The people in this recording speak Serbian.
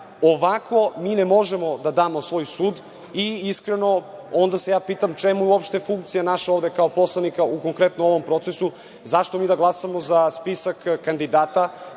mi ne možemo da damo svoj sud. Iskreno, onda se ja pitam čemu uopšte funkcija naša ovde kao poslanika, konkretno u ovom procesu, zašto mi da glasamo za spisak kandidata,